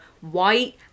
white